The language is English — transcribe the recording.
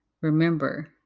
remember